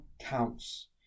counts